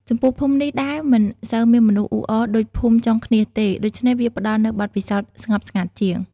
ចំពោះភូមិនេះដែរមិនសូវមានមនុស្សអ៊ូអរដូចភូមិចុងឃ្នៀសទេ ដូច្នេះវាផ្តល់នូវបទពិសោធន៍ស្ងប់ស្ងាត់ជាង។